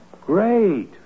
Great